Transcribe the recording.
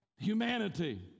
Humanity